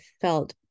felt